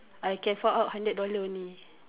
I can fork out hundred dollars only